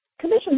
commission